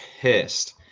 pissed